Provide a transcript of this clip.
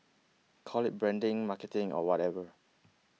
call it branding marketing or whatever